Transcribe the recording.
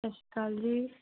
ਸਤਿ ਸ਼੍ਰੀ ਅਕਾਲ ਜੀ